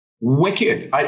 wicked